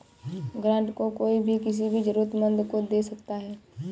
grant को कोई भी किसी भी जरूरतमन्द को दे सकता है